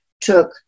took